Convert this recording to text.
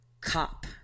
cop